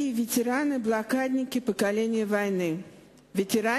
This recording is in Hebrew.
וטרנים ובלוקדניקים יקרים,